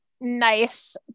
nice